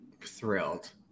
thrilled